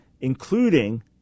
including